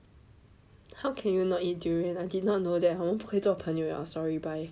how can you not eat durian I did not know that 我们不可以做朋友了 sorry bye